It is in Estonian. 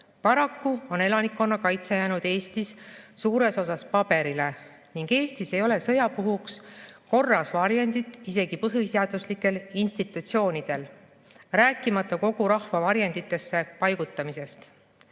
Paraku on elanikkonnakaitse jäänud Eestis suures osas paberile ning Eestis ei ole sõja puhuks korras varjendit isegi põhiseaduslikel institutsioonidel, rääkimata kogu rahva varjenditesse paigutamisest.